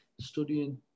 studying